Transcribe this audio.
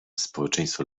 społeczeństwo